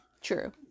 True